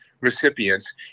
recipients